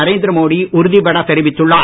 நரேந்திர மோடி உறுதிப்பட தெரிவித்துள்ளார்